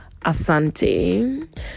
asante